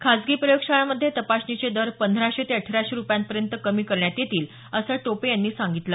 खासगी प्रयोगशाळांमध्ये तपासणीचे दर पंधराशे ते अठराशे रुपयांपर्यंत कमी करण्यात येतील असं टोपे यांनी सांगितलं